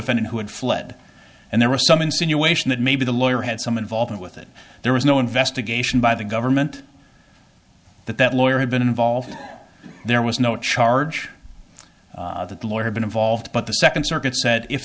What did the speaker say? codefendant who had fled and there was some insinuation that maybe the lawyer had some involvement with it there was no investigation by the government that that lawyer had been involved there was no charge that the lawyer had been involved but the second circuit